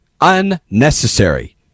unnecessary